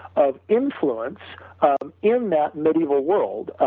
of influence in that medieval world,